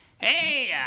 hey